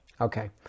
Okay